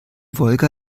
wolga